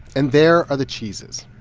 and there are the cheeses.